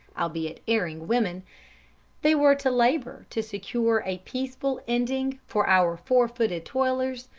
albeit erring women they were to labour to secure a peaceful ending for our four-footed toilers,